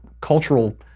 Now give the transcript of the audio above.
cultural